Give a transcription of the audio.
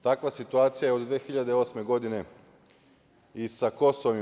Takva situacija je od 2008. godine i sa KiM.